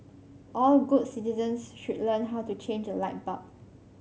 all good citizens should learn how to change a light bulb